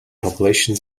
population